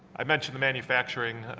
i mentioned the manufacturing.